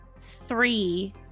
three